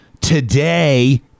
Today